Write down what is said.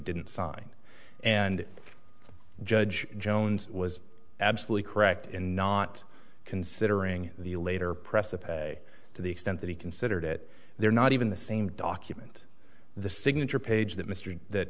didn't sign and judge jones was absolutely correct in not considering the later press the pay to the extent that he considered it there not even the same document the signature page that mr that